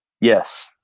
Yes